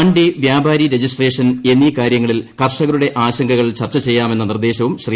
മണ്ഡി വ്യാപാരി രജിസ്ട്രേഷൻ എന്നീ കാര്യങ്ങളിൽ കർഷകരുടെ ആശങ്കകൾ ചർച്ച ചെയ്യാമെന്ന നിർദ്ദേശവും ശ്രീ